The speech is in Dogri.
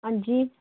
हां जी